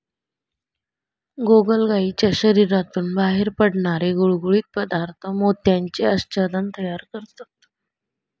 गोगलगायीच्या शरीरातून बाहेर पडणारे गुळगुळीत पदार्थ मोत्याचे आच्छादन तयार करतात